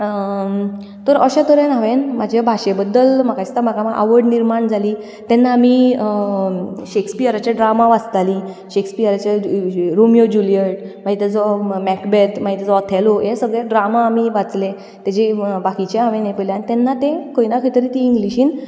तर अशे तरेन हांवें म्हजे भाशे बद्दल म्हाका दिसता म्हाका आवड निर्माण जाली तेन्ना आमी शॅक्सपियराचे ड्रामा वाचतालीं शॅक्सपियराचें रोमियो जुलियट मागीर तेचो मॅकबेथ मागीर ताचो ऑथेलो हे सगळे ड्रामा आमी वाचले तेची बाकीची हांवें हें पयलीं तेन्ना तें खंय ना खंय तरी ती इंग्लीशीन